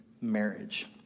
marriage